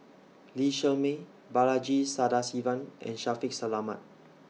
Lee Shermay Balaji Sadasivan and Shaffiq Selamat